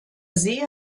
sehe